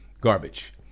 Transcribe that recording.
garbage